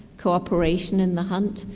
cooperation in the hunt,